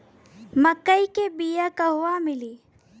मक्कई के बिया क़हवा मिली?